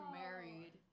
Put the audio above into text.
married